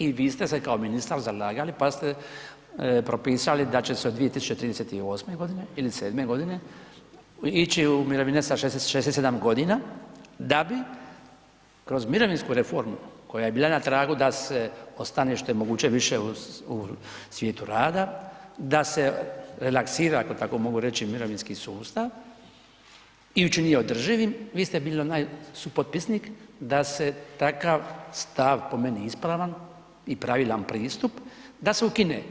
I vi ste se kao ministar zalagali pa ste propisali da će se od 2038.godine ili sedme godine ići u umirovljenje sa 67 godina da bi kroz mirovinsku reformu koja je bila na tragu da se ostane što je moguće više u svijetu rada, da se relaksira ako tako mogu reći mirovinski sustav i učini održivim, vi ste bili onaj supotpisnik da se takav stav, po meni ispravan i pravilan pristup, da se ukine.